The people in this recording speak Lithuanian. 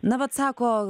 na vat sako